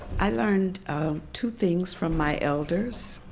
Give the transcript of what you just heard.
i learned two things from my elders,